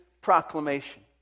proclamation